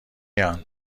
یان